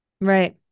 Right